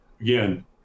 again